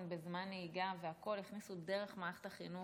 בזמן נהיגה הכניסו דרך מערכת החינוך,